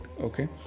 okay